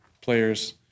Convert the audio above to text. players